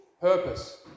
purpose